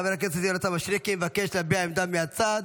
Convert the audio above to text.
חבר הכנסת יונתן מישרקי מבקש להביע עמדה מהצד.